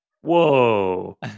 Whoa